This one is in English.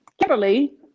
Kimberly